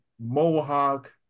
mohawk